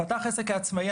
פתח עסק כעצמאי,